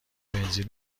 بنزین